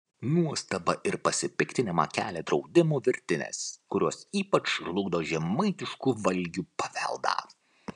nuostabą ir pasipiktinimą kelia draudimų virtinės kurios ypač žlugdo žemaitiškų valgių paveldą